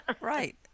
Right